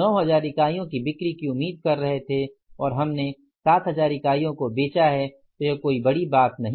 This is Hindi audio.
9000 इकाइयों की बिक्री की उम्मीद कर रहे थे और हमने 7000 इकाइयों को बेचा है तो यह कोई बड़ी बात नहीं है